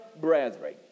brethren